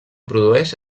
produeix